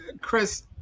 Chris